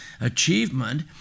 achievement